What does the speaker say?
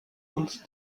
uns